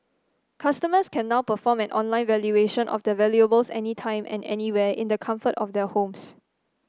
customers can now perform an online valuation of their valuables any time and anywhere in the comfort of their homes